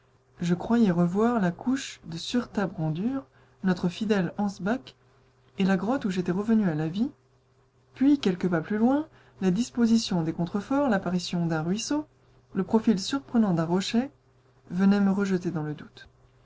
je croyais revoir la couche de surtarbrandur notre fidèle hans bach et la grotte où j'étais revenu à la vie puis quelques pas plus loin la disposition des contre-forts l'apparition d'un ruisseau le profil surprenant d'un rocher venaient me rejeter dans le doute